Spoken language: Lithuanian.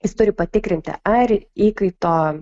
jis turi patikrinti ar įkaito